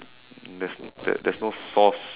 there's there there's no sauce